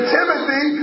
Timothy